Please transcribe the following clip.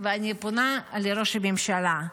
ואני פונה לראש הממשלה: